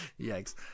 Yikes